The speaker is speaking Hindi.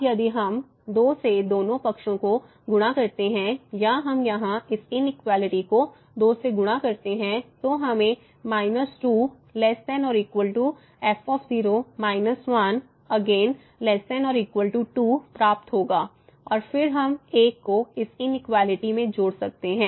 अब यदि हम 2 से दोनों पक्षों में गुणा करते हैं या हम यहाँ इस इनइक्वेलिटी को 2 से गुणा करते हैं तो हमें 2≤ f 1 ≤2 प्राप्त होगा और फिर हम 1 को इस इनइक्वेलिटी में जोड़ सकते हैं